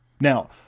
Now